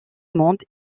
monde